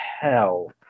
hell